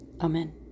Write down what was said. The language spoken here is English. Amen